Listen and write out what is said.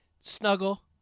snuggle